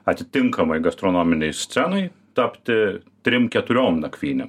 atitinkamai gastronominei scenai tapti trim keturiom nakvynėm